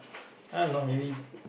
i don't know maybe